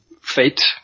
fate